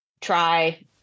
try